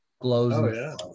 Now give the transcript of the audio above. glows